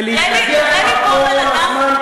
ולהתנגח בה כל הזמן,